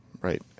right